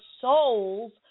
souls